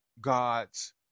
God's